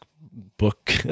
book